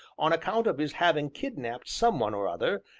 on account of his having kidnapped some one or other,